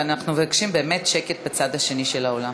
ואנחנו מבקשים באמת שקט בצד השני של האולם.